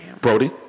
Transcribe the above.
Brody